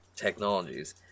technologies